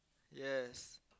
yes